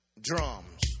drums